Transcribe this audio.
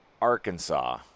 Arkansas